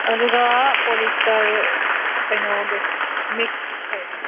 ꯑꯗꯨꯒ ꯄꯣꯂꯤꯁꯇꯔ ꯀꯩꯅꯣꯗꯣ ꯃꯤꯛ ꯀꯔꯤ ꯍꯥꯏꯗꯣꯏꯅꯣ